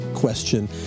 question